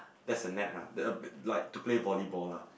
that's a net ah the like to play volleyball la